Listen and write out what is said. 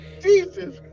Jesus